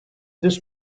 this